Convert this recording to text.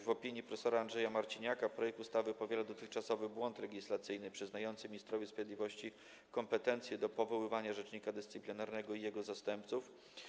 W opinii prof. Andrzeja Marciniaka projekt ustawy powiela dotychczasowy błąd legislacyjny przyznający ministrowi sprawiedliwości kompetencje dotyczące powoływania rzecznika dyscyplinarnego i jego zastępców.